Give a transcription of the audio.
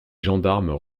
gendarmes